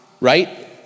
right